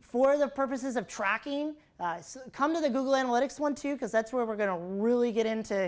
for the purposes of tracking come to the google analytics want to because that's where we're going to really get into